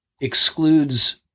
excludes